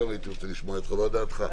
הייתי רוצה לשמוע את חוות דעתך.